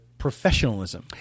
Professionalism